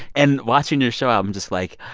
and watching your show, um i'm just like,